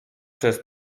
przez